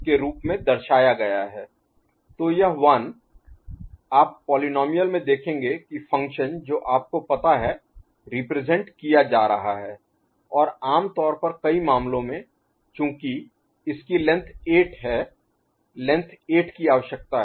f 1 C1x1 C2x2 C3x3 C4x4 C5x5 C6x6 C7x7 C8x8 तो यह 1 आप पोलीनोमिअल में देखेंगे कि फ़ंक्शन जो आपको पता है रिप्रेजेंट किया जा रहा है और आमतौर पर कई मामलों में चूंकि इसकी लेंथ 8 है लेंथ 8 की आवश्यकता है